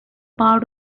part